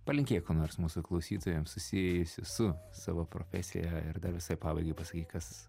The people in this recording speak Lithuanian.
palinkėk ko nors mūsų klausytojams susijusio su savo profesija ir dar visai pabaigai pasakyk kas